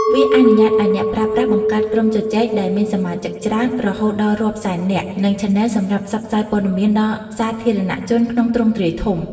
វាអនុញ្ញាតឱ្យអ្នកប្រើប្រាស់បង្កើតក្រុមជជែកដែលមានសមាជិកច្រើន រហូតដល់រាប់សែននាក់ និងឆានែលសម្រាប់ផ្សព្វផ្សាយព័ត៌មានដល់សាធារណជនក្នុងទ្រង់ទ្រាយធំ។